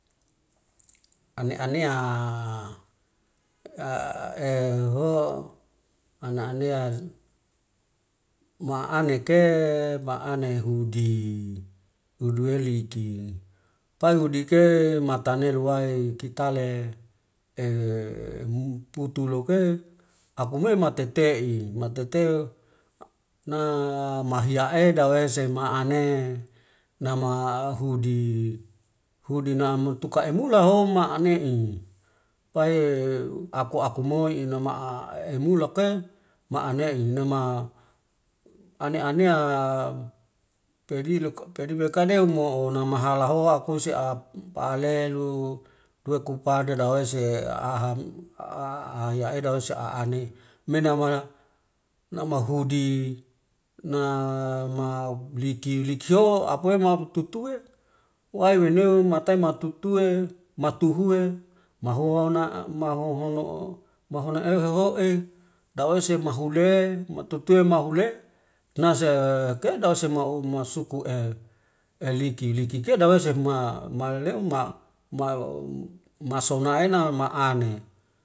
aneanea ho aneanea ma aneke ma ane hudi uluweliki paiudike mate luwai kitale putu loke aku mei mate'tei matete na mahiaa eda dawese ma ane nama hudi namatuka emulaho ma emei wae aku akumo inama'a emulake ma anei nama ane anea pedibekadeu mo'o nama halaho kuse alelu duweku pade lawesi aha ahayaeda wesa aane, menama namahudi na maliki likiho akuwema tutuwe waiweneo matai matutue matuhue mahona mahohono euhohoe dawese mahule matutui maule nase keda dasemau masuku liki likike dawese ma malema masonaena ma ane.